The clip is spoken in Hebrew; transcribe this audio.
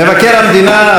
מבקר המדינה,